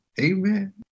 Amen